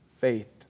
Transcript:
faith